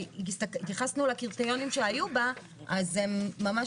כי התייחסנו לקריטריונים שהיו בה אז הם ממש